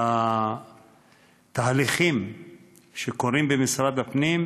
והתהליכים שקורים במשרד הפנים,